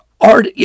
art